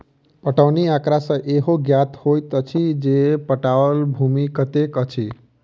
पटौनी आँकड़ा सॅ इहो ज्ञात होइत अछि जे पटाओल भूमि कतेक अछि